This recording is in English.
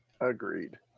Agreed